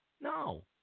no